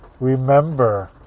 remember